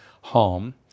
home